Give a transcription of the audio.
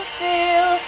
feel